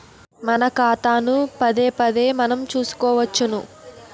మన ఖాతాను పదేపదే మనం చూసుకోవచ్చును